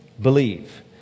believe